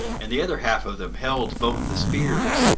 and the other half of them held both the spears,